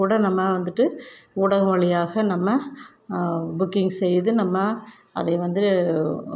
கூட நம்ம வந்துகிட்டு ஊடகம் வழியாக நம்ம புக்கிங் செய்து நம்ம அதை வந்து